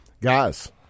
Guys